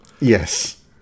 Yes